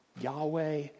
Yahweh